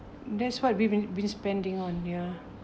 that's what we've been been spending on ya